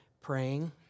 praying